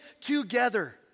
together